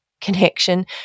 connection